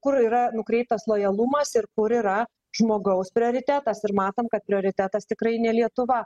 kur yra nukreiptas lojalumas ir kur yra žmogaus prioritetas ir matom kad prioritetas tikrai ne lietuva